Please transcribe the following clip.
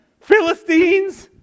Philistines